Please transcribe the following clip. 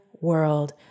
world